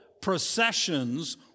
processions